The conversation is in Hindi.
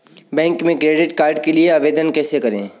बैंक में क्रेडिट कार्ड के लिए आवेदन कैसे करें?